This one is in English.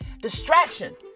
distractions